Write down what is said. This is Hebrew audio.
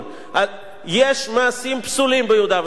יש מעשים פסולים ביהודה ושומרון,